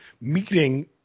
meeting